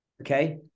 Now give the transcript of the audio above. Okay